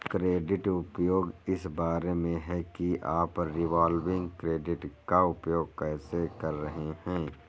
credit उपयोग इस बारे में है कि आप रिवॉल्विंग क्रेडिट का उपयोग कैसे कर रहे हैं